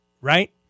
right